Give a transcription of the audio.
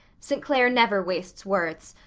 st. clair never wastes words.